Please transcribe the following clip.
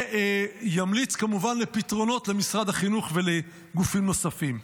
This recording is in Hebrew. וימליץ על פתרונות למשרד החינוך ולגופים נוספים.